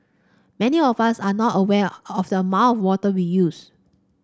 many of us are not aware of the amount of water we use